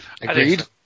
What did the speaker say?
Agreed